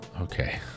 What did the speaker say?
Okay